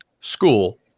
school